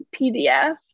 PDF